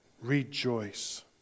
Rejoice